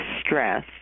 stress